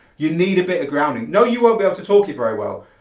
you need a bit of grounding. no you won't be able to talk it very well,